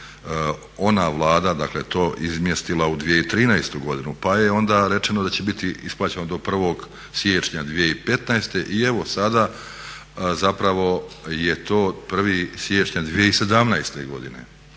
dakle to izmjestila u 2013. godinu pa je onda rečeno da će biti isplaćeno do 1. siječnja 2015. i evo sada zapravo je to 1. siječnja 2017. godine.